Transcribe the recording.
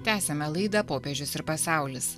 tęsiame laidą popiežius ir pasaulis